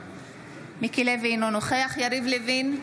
אינו נוכח יריב לוין,